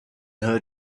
her